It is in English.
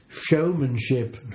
showmanship